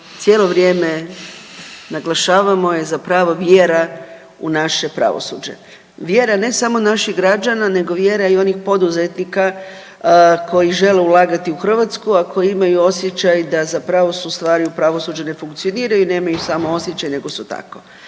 cijelo vrijeme naglašavamo je zapravo vjera u naše pravosuđe, vjera ne samo naših građana nego vjera i onih poduzetnika koji žele ulagati u Hrvatsku, a koji imaju osjećaj da zapravo su ustvari u pravosuđu ne funkcioniraju i nemaju samo osjećaj nego su tako.